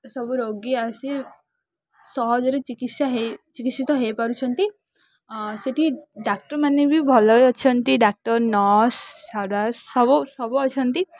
ସବୁ ରୋଗୀ ଆସି ସହଜରେ ଚିକିତ୍ସା ହେଇ ଚିକିତ୍ସିତ ହେଇପାରୁଛନ୍ତି ସେଠି ଡାକ୍ତରମାନେ ବି ଭଲ ଅଛନ୍ତି ଡାକ୍ଟର ନର୍ସ ସାରାସ ସବୁ ସବୁ ଅଛନ୍ତି